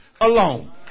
alone